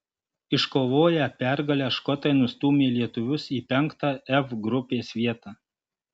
iškovoję pergalę škotai nustūmė lietuvius į penktą f grupės vietą